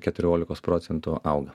keturiolikos procentų auga